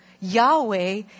Yahweh